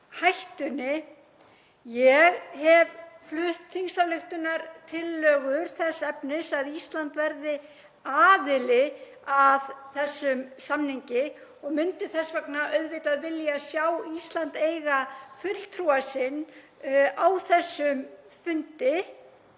hættunni. Ég hef flutt þingsályktunartillögur þess efnis að Ísland verði aðili að þessum samningi og myndi þess vegna auðvitað vilja sjá Ísland eiga fulltrúa sinn á þessum fundi